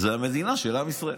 זו המדינה של עם ישראל.